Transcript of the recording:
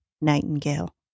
Nightingale